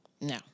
No